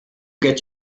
get